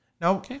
Now